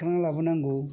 थेखांनानै लाबोनांगौ